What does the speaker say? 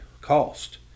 cost